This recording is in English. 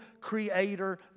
creator